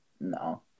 No